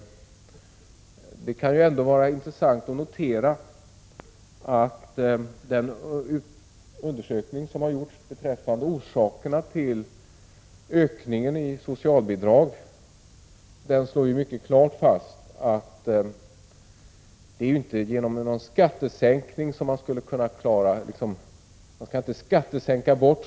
Det kan vara värt att notera att den undersökning som gjorts beträffande orsakerna till ökningen av socialbidragen mycket klart slår fast att socialbidragen inte minskar genom skattesänkningar.